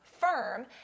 Firm